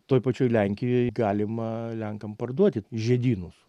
toj pačioj lenkijoj galima lenkam parduoti žiedynus